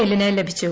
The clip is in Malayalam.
എല്ലിന് ലഭിച്ചു